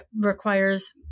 requires